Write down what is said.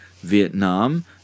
Vietnam